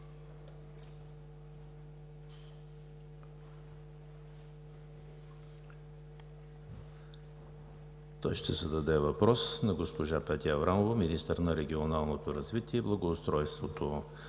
ще зададе въпрос на госпожа Петя Аврамова – министър на регионалното развитие и благоустройството,